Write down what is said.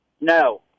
No